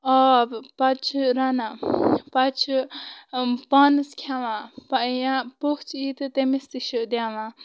آب پَتہٕ چھِ رَنان پتہٕ چھِ پانَس کھیٚوان یا پوٚژھ یی تہِ تٔمِس تہِ چھِ دِوان